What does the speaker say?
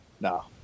no